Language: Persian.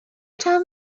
چند